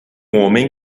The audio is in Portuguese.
homem